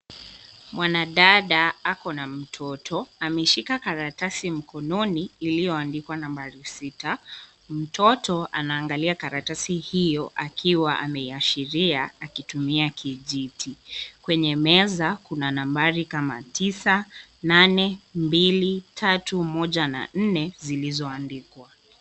Mwanadada ako na mtoto, ameshika karatasi mkononi iliyoandikwa nambari sita, mtoto anaangalia karatasi hiyo akiwa ameashiria akitumia kijiti. Kwenye meza kuna nambari kama tisa, nane, mbili, tatu, moja na nne zilizoandikwa.